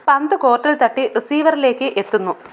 പന്ത് കോർട്ടിൽ തട്ടി റിസീവറിലേക്ക് എത്തുന്നു